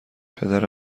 پدر